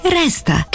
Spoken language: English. resta